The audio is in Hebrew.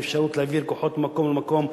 עם אפשרות להעביר כוחות ממקום למקום,